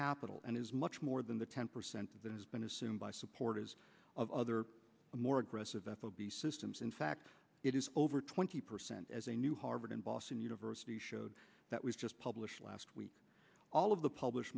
capital and is much more than the ten percent that has been assumed by supporters of other more aggressive f o b systems in fact it is over twenty percent as a new harvard and boston university showed that was just published last week all of the publish